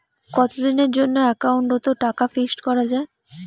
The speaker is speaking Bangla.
কতদিনের জন্যে একাউন্ট ওত টাকা ফিক্সড করা যায়?